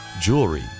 jewelry